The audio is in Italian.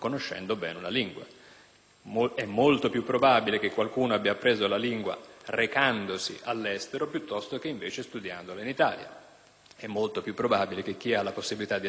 È molto più probabile che qualcuno abbia appreso la lingua recandosi all'estero piuttosto che studiandola in Italia; è molto più probabile che chi ha la possibilità di recarsi all'estero abbia uno